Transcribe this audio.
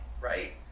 Right